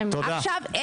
עכשיו,